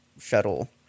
shuttle